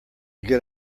good